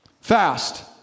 fast